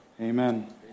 Amen